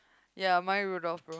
ya Maya-Rudolph